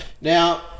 Now